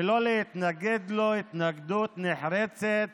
ולא להתנגד לו התנגדות נחרצת